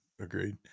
Agreed